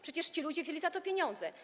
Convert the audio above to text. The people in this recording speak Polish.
Przecież ci ludzie wzięli za to pieniądze.